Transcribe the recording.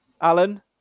Alan